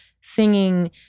singing